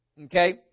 Okay